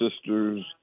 sisters